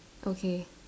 okay